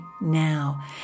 now